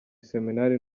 iseminari